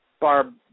Barb